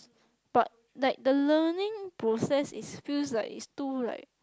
but like the learning process is feels like is too right